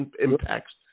impacts